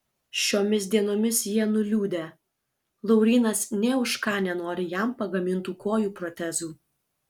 šiomis dienomis jie nuliūdę laurynas nė už ką nenori jam pagamintų kojų protezų